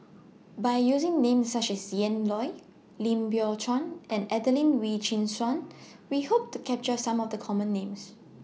By using Names such as Ian Loy Lim Biow Chuan and Adelene Wee Chin Suan We Hope to capture Some of The Common Names